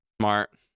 Smart